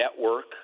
network